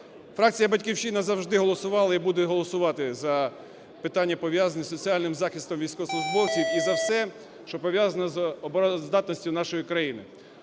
Фракція "Батьківщина" завжди голосувала і буде голосувати за питання пов'язані з соціальним захистом військовослужбовців і за все, що пов'язано з обороноздатністю нашої країни.